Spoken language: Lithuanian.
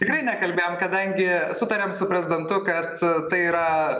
tikrai nekalbėjom kadangi sutariam su prezidentu kad tai yra